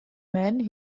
man